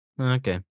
Okay